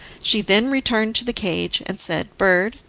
she then returned to the cage, and said bird,